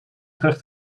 terug